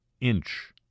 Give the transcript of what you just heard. inch